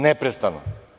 Neprestano.